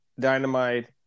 Dynamite